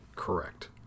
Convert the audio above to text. correct